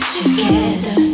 together